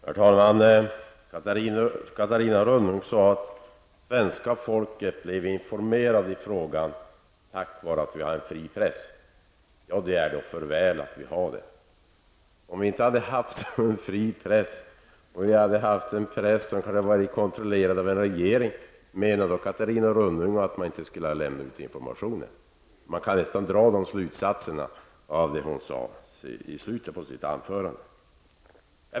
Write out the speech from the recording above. Herr talman! Catarina Rönnung sade att svenska folket blev informerat i frågan tack vare att vi har en fri press. Det är för väl att vi har det! Menar Catarina Rönnung att man inte skulle ha lämnat ut information om vi inte hade haft en fri press, om vi hade haft en press som hade varit kontrollerad av regeringen? Man kan nästan dra den slutsatsen av det hon sade i slutet av sitt anförande.